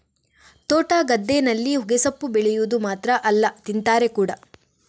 ತೋಟ, ಗದ್ದೆನಲ್ಲಿ ಹೊಗೆಸೊಪ್ಪು ಬೆಳೆವುದು ಮಾತ್ರ ಅಲ್ಲ ತಿಂತಾರೆ ಕೂಡಾ